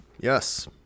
Yes